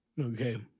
Okay